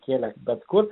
įkėlę bet kur